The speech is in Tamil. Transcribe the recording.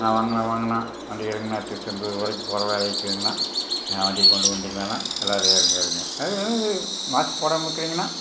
அண்ணா வாங்கண்ணா வாங்கண்ணா வண்டியை எடுங்கண்ணா திருச்சந்தூர் வரைக்கும் போகிற வேலை இருக்குதுங்கண்ணா வண்டியை கொண்டு வந்ட்டிங்களாண்ணா எல்லோரும் ஏறுங்க ஏறுங்க ஏ ஏ மாஸ்க் போடாமல் இருக்குறீங்கண்ணா